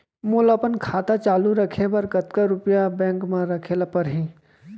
मोला अपन खाता चालू रखे बर कतका रुपिया बैंक म रखे ला परही?